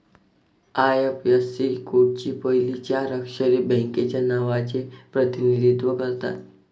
IFSC कोडची पहिली चार अक्षरे बँकेच्या नावाचे प्रतिनिधित्व करतात